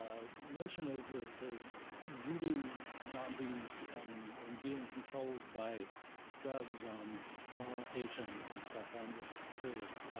notion of the voodoo zombies and and being controlled by drugs on plantations and stuff. i'm just curious